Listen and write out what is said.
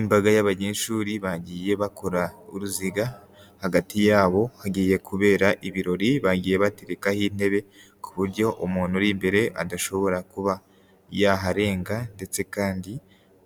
Imbaga y'abanyeshuri, bagiye bakora uruziga, hagati yabo hagiye kubera ibirori, bagiye baterekaho intebe, ku buryo umuntu uri imbere adashobora kuba yaharenga, ndetse kandi